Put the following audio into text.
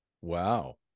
wow